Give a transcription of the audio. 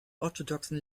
orthodoxen